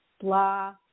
blah